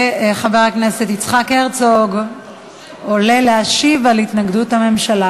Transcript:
חבר הכנסת יצחק הרצוג עולה להשיב על התנגדות הממשלה,